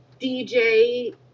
DJ